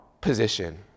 position